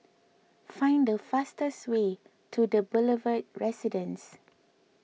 find the fastest way to the Boulevard Residence